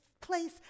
place